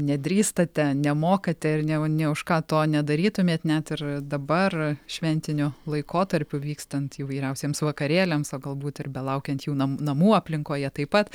nedrįstate nemokate ir nė nė už ką to nedarytumėt net ir dabar šventiniu laikotarpiu vykstant įvairiausiems vakarėliams o galbūt ir belaukiant jau nam namų aplinkoje taip pat